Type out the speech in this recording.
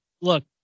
look